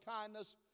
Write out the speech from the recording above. kindness